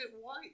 white